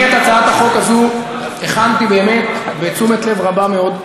אני את הצעת החוק הזו הכנתי באמת בתשומת לב רבה מאוד,